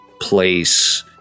place